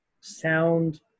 sound